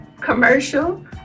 commercial